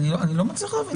אני לא מבין.